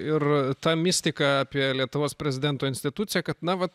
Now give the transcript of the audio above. ir ta mistika apie lietuvos prezidento instituciją kad na vat